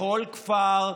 בכל כפר.